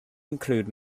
include